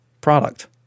product